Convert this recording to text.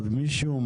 עוד מישהו?